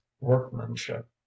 workmanship